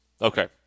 Okay